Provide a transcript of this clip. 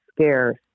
scarce